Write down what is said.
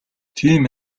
тийм